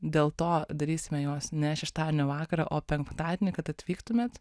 dėl to darysime juos ne šeštadienio vakarą o penktadienį kad atvyktumėt